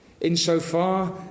Insofar